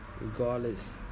regardless